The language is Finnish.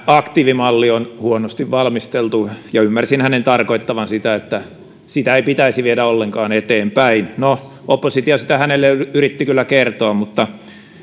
aktiivimalli on huonosti valmisteltu ja ymmärsin hänen tarkoittavan sitä että sitä ei pitäisi viedä ollenkaan eteenpäin no oppositio sitä hänelle yritti kyllä kertoa mutta